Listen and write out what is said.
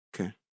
Okay